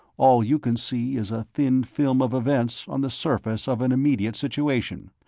all you can see is a thin film of events on the surface of an immediate situation,